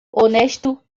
honesto